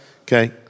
okay